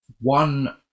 one